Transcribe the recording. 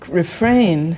refrain